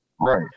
Right